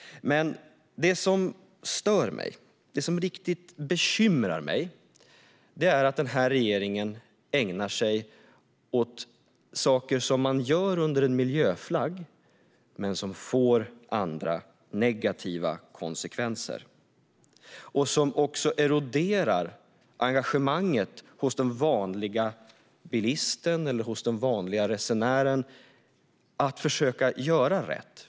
Men det som stör och bekymrar mig är att den här regeringen under en miljöflagg ägnar sig åt saker som får andra, negativa konsekvenser och som eroderar engagemanget hos den vanliga bilisten eller resenären att försöka göra rätt.